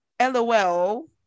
lol